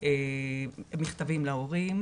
מכתבים להורים.